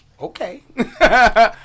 Okay